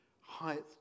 height